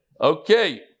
Okay